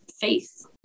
faith